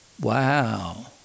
Wow